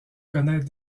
connaître